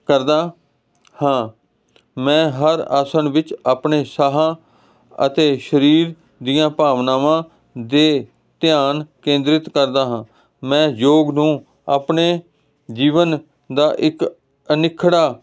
ਕਰਦਾ ਹਾਂ ਮੈਂ ਹਰ ਆਸਣ ਵਿੱਚ ਆਪਣੇ ਸਾਹਾਂ ਅਤੇ ਸਰੀਰ ਦੀਆਂ ਭਾਵਨਾਵਾਂ ਦੇ ਧਿਆਨ ਕੇਂਦਰਿਤ ਕਰਦਾ ਹਾਂ ਮੈਂ ਯੋਗ ਨੂੰ ਆਪਣੇ ਜੀਵਨ ਦਾ ਇੱਕ ਅਨਿੱਖੜਾ